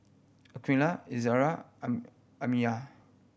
Aqeelah Izzara and Amsyar